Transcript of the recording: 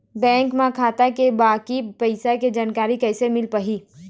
Bank म खाता के बाकी पैसा के जानकारी कैसे मिल पाही?